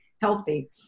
healthy